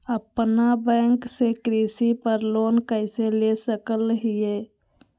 अपना बैंक से कृषि पर लोन कैसे ले सकअ हियई?